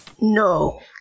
No